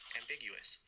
ambiguous